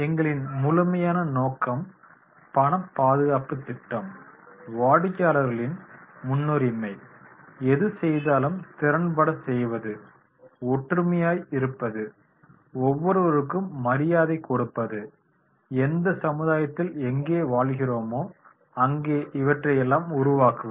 எங்களின் முழுமையான நோக்கம் பணப் பாதுகாப்புத் திட்டம் வாடிக்கையாளர்களின் முன்னுரிமை எது செய்தாலும் திறன்பட செய்வது ஒற்றுமையாய் இருப்பது ஒவ்வொருவருக்கும் மரியாதைக் கொடுப்பது எந்த சமுதாயத்தில் எங்கே வாழ்கிறோமோ அங்கே இவற்றையெல்லாம் உருவாக்குவது